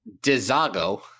Dizago